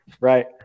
Right